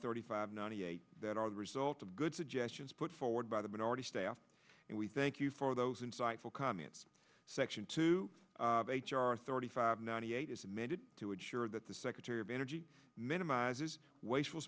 thirty five ninety eight that are the result of good suggestions put forward by the minority staff and we thank you for those insightful cause it's section two h r thirty five ninety eight is amended to ensure that the secretary of energy minimizes wasteful